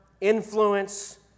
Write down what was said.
influence